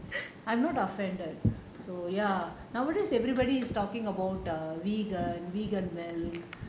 I'm not offended so ya nowadays everybody is talking about vegan vegan milk